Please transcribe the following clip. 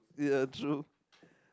yeah true